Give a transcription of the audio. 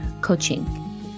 coaching